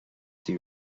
the